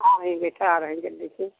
आ रही बेटा आ रही इधर देखिए